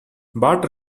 bart